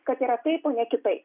kad yra taip o ne kitaip